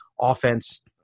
offense